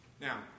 now